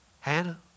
Hannah